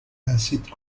incite